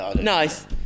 Nice